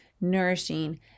nourishing